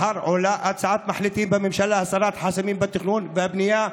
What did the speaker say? מחר עולה הצעת מחליטים בממשלה על הסרת חסמים בתכנון ובבנייה.